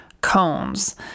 cones